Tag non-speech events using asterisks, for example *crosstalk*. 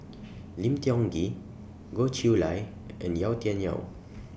*noise* Lim Tiong Ghee Goh Chiew Lye and Yau Tian Yau